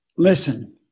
Listen